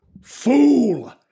Fool